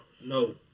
No